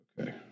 Okay